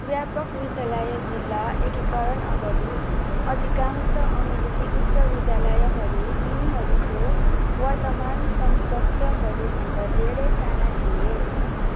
व्यापक विद्यालय जिल्ला एकीकरण अगाडि अधिकांश अमेरिकी उच्च विद्यालयहरू तिनीहरूको वर्तमान समकक्षहरू भन्दा धेरै साना थिए